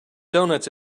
donuts